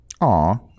Aw